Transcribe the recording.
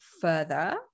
further